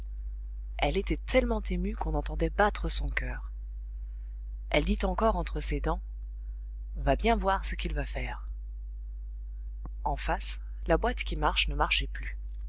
elle était tellement émue qu'on entendait battre son coeur elle dit encore entre ses dents on va bien voir ce qu'il va faire en face la boîte qui marche ne marchait plus